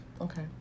Okay